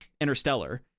interstellar